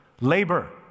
Labor